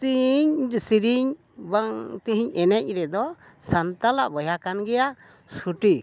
ᱛᱤᱦᱤᱧ ᱥᱮᱨᱮᱧ ᱵᱟᱝ ᱛᱮᱦᱮᱧ ᱮᱱᱮᱡ ᱨᱮᱫᱚ ᱥᱟᱱᱛᱟᱞᱟᱜ ᱵᱚᱭᱦᱟ ᱠᱟᱱ ᱜᱮᱭᱟ ᱥᱩᱴᱷᱤᱠ